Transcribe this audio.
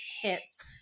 hits